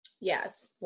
Yes